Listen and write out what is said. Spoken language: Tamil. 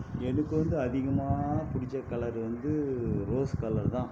எனக்கு வந்து அதிகமா பிடிச்ச கலரு வந்து ரோஸ் கலரு தான்